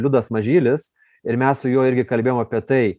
liudas mažylis ir mes su juo irgi kalbėjom apie tai